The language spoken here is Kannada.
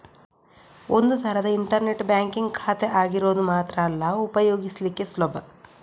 ಒಂದು ತರದ ಇಂಟರ್ನೆಟ್ ಬ್ಯಾಂಕಿಂಗ್ ಖಾತೆ ಆಗಿರೋದು ಮಾತ್ರ ಅಲ್ಲ ಉಪಯೋಗಿಸ್ಲಿಕ್ಕೆ ಸುಲಭ